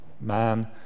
man